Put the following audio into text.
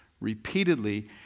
repeatedly